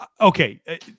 Okay